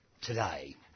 today